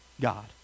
God